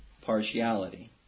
partiality